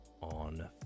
on